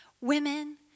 Women